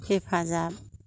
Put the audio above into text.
हेफाजाब